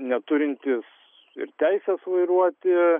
neturintys ir teisės vairuoti